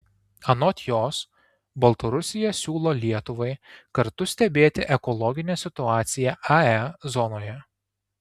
anot jos baltarusija siūlo lietuvai kartu stebėti ekologinę situaciją ae zonoje